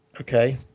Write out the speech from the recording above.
Okay